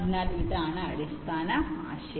അതിനാൽ ഇതാണ് അടിസ്ഥാന ആശയം